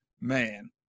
man